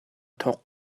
thok